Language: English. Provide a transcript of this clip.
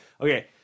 Okay